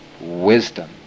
wisdom